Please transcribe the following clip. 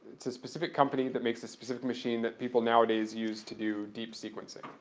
it's a specific company that makes a specific machine that people nowadays use to do deep sequencing.